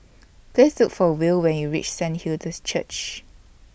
Please Look For Will when YOU REACH Saint Hilda's Church